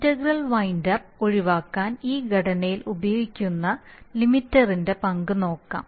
integral wind up ഒഴിവാക്കാൻ ഈ ഘടനയിൽ ഉപയോഗിക്കുന്ന ലിമിറ്ററിന്റെ പങ്ക് നോക്കാം